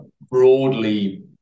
broadly